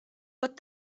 but